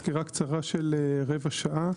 סקירה קצרה של רבע שעה.